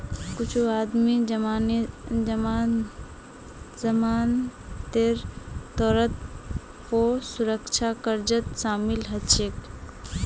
कुछू आदमी जमानतेर तौरत पौ सुरक्षा कर्जत शामिल हछेक